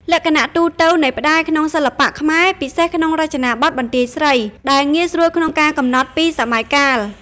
លក្ខណៈទូទៅនៃផ្តែរក្នុងសិល្បៈខ្មែរ (ពិសេសក្នុងរចនាបថបន្ទាយស្រី) ដែលងាយស្រួលក្នុងការកំណត់ពីសម័យកាល។